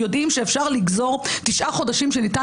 יודעים שאפשר לגזור תשעה חודשים שניתן